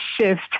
shift